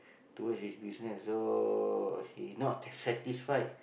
towards his business so he not satisfied